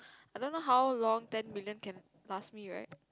I don't know how long ten million can last me right